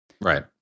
Right